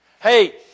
Hey